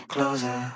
Closer